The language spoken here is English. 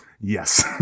Yes